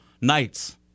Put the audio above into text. nights